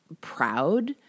proud